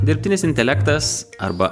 dirbtinis intelektas arba